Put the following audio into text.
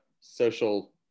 social